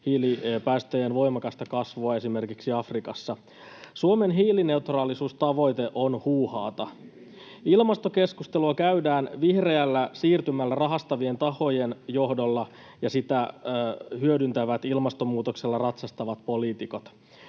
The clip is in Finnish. hiilipäästöjen voimakasta kasvua esimerkiksi Afrikassa. Suomen hiilineutraalisuustavoite on huuhaata. Ilmastokeskustelua käydään vihreällä siirtymällä rahastavien tahojen johdolla, ja sitä hyödyntävät ilmastonmuutoksella ratsastavat poliitikot.